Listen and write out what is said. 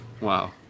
Wow